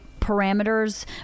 parameters